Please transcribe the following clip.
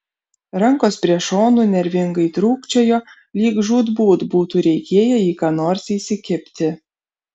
rankos prie šonų nervingai trūkčiojo lyg žūtbūt būtų reikėję į ką nors įsikibti